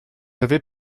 avez